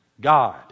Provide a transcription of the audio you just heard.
God